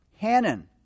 Hannon